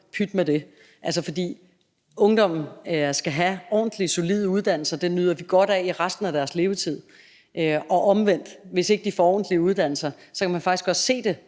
– pyt med det. For ungdommen skal have ordentlige, solide uddannelser. Det nyder vi godt af i resten af deres levetid. Og omvendt: Hvis ikke de får ordentlige uddannelser, kan man faktisk også se det